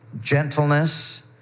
gentleness